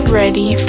ready